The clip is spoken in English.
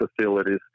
facilities